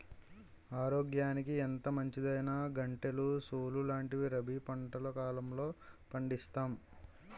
ఆరోగ్యానికి ఎంతో మంచిదైనా గంటెలు, సోలు లాంటివి రబీ పంటల కాలంలో పండిస్తాం